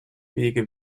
wege